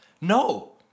No